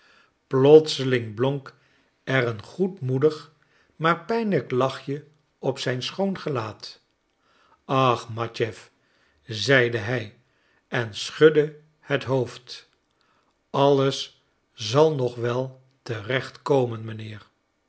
plotseling blonk er een goedmoedig maar pijnlijk lachje op zijn schoon gelaat ach matjeff zeide hij en schudde het hoofd alles zal nog wel